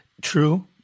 true